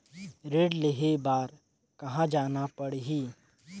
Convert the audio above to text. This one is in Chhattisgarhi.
ऋण लेहे बार कहा जाना पड़ही?